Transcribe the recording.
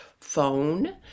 phone